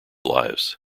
lives